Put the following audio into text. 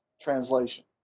translation